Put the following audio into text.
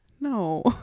No